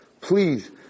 Please